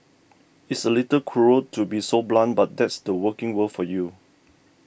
it's a little cruel to be so blunt but that's the working world for you